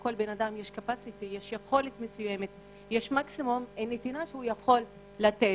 לכל אדם יש יכולת מסוימת ומקסימום נתינה שהוא יכול לתת.